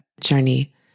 journey